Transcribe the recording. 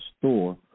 store